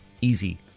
Easy